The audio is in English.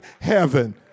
heaven